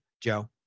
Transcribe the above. Joe